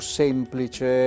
semplice